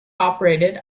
operated